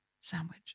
Sandwich